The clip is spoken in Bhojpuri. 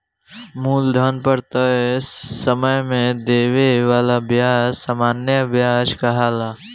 मूलधन पर तय समय में देवे वाला ब्याज सामान्य व्याज कहाला